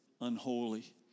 unholy